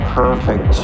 perfect